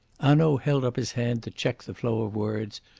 hanaud held up his hand to check the flow of words,